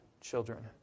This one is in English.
children